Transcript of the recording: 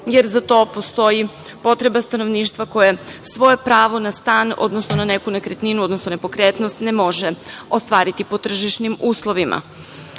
jer za to postoji potreba stanovništava koje svoje pravo na stan, odnosno na neku nekretninu, odnosno nepokretnost ne može ostvariti po tržišnim